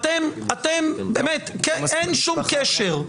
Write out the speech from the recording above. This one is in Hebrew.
באמת, אין שום קשר.